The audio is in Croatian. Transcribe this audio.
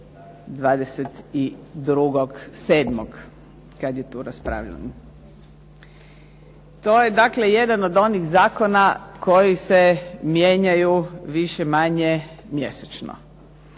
22.7. kad je tu raspravljano. To je dakle jedan od onih zakona koji se mijenjaju više-manje mjesečno.